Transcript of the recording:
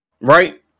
Right